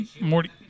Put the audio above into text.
Morty